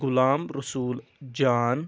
Ghulam Rasool Jan